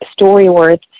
StoryWorth